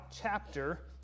chapter